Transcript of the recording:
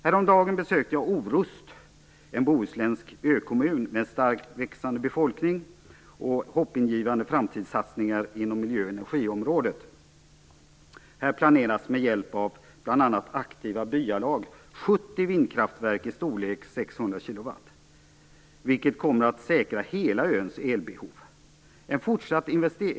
Häromdagen besökte jag Orust, en bohuslänsk ökommun med en starkt växande befolkning och hoppingivande framtidssatsningar inom miljö och energiområdet. Här planeras med hjälp av bl.a. aktiva byalag 70 vindkraftverk i storleksordningen 600 kW, vilket kommer att säkra hela öns elbehov.